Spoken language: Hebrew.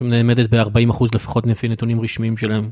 נאמדת ב-40% לפחות לפי נתונים רשמיים שלהם.